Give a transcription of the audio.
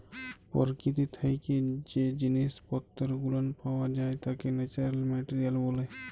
পরকীতি থাইকে জ্যে জিনিস পত্তর গুলান পাওয়া যাই ত্যাকে ন্যাচারাল মেটারিয়াল ব্যলে